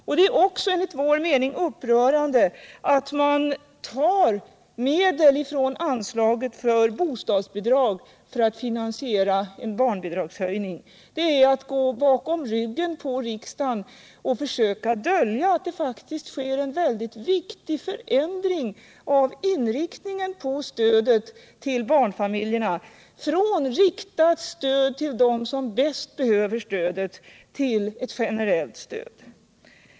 Enligt vår mening är det också upprörande att medel tas från anslaget för bostadsbidrag för att finansiera en barnbidragshöjning, det är att gå bakom ryggen på riksdagen och försöka dölja att det faktiskt sker en synnerligen viktig förändring av inriktningen på stödet till barnfamiljerna: från riktat stöd till dem som bäst behöver stödet till ett generellt stöd.